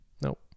Nope